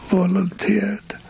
volunteered